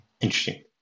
Interesting